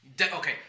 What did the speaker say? okay